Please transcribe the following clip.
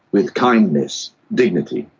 with kindness, dignity,